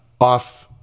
off